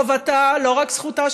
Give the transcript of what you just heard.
וחובתה של התקשורת, לא רק זכותה,